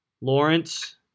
Lawrence